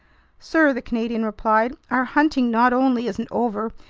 sir, the canadian replied, our hunting not only isn't over,